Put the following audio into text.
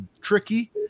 tricky